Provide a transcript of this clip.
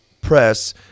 press